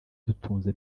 dutunze